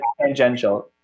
tangential